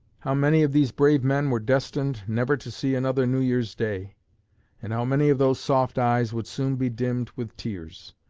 how many of these brave men were destined never to see another new year's day and how many of those soft eyes would soon be dimmed with tears!